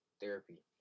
therapy